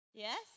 Yes